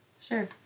Sure